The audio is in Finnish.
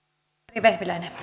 arvoisa